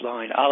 Line